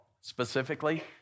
specifically